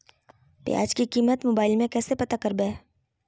प्याज की कीमत मोबाइल में कैसे पता करबै?